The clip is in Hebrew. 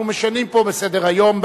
אנחנו משנים פה בסדר-היום.